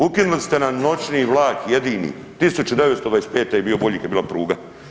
Ukinuli ste nam noćni vlak jedini, 1925. je bio bolji kad je bila pruga.